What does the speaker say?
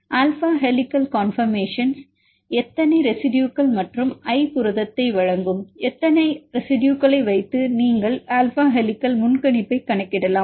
alpha helical கான்பர்மேஷன்ல் எத்தனை ரெசிடுயுகள் மற்றும் I புரதத்தை வழங்கும் எத்தனை ரெசிடுயுகளை வைத்து நீங்கள் ஆல்பா ஹெலிகல் முன்கணிப்பைக் கணக்கிடலாம்